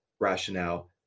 rationale